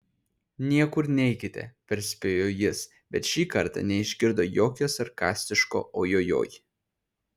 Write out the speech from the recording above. niekur neikite perspėjo jis bet šį kartą neišgirdo jokio sarkastiško ojojoi